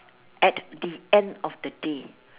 at the end of the day